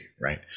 right